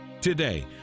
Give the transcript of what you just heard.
today